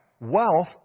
Wealth